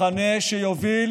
מחנה שיוביל